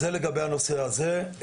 אז זה לגבי הנושא הזה.